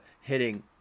hitting